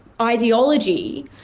ideology